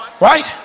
right